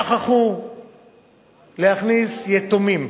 שכחו להכניס יתומים